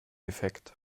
defekt